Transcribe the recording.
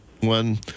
one